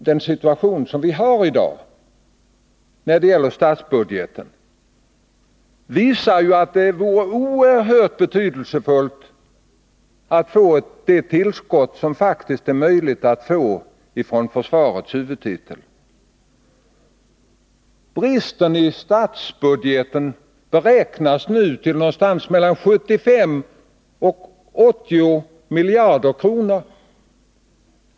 Den situation som vi har i dag när det gäller statsbudgeten visar emellertid att det vore oerhört betydelsefullt att få det tillskott som faktiskt är möjligt att få från försvarets huvudtitel. Bristen i statsbudgeten beräknas nu till någonstans mellan 75 och 80 miljarder kronor.